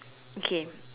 okay